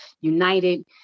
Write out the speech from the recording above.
united